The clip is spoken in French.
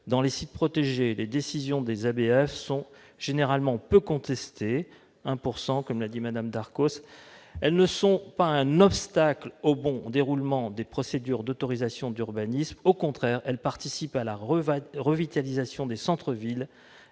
Dans les sites protégés, les décisions des ABF sont généralement peu contestées- 1 % des cas, comme l'a rappelé Mme Darcos -et ne sont donc pas un obstacle au bon déroulement des procédures d'autorisation d'urbanisme. Au contraire, elles participent à la revitalisation des centres-villes